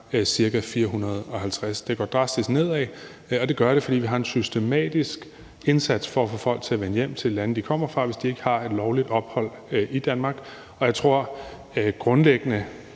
ca. 450. Det går drastisk nedad, og det gør det, fordi vi har en systematisk indsats for at få folk til at vende hjem til de lande, de kommer fra, hvis de ikke har lovligt ophold i Danmark. Og jeg ved, at hvis man